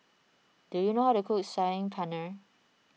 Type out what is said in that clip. do you know how to cook Saag Paneer